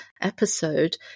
episode